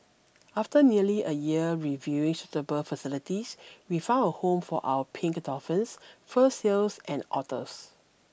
after nearly a year reviewing suitable facilities we found a home for our pink dolphins fur seals and otters